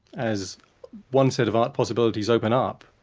as one set of art possibilities open up,